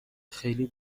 خیلی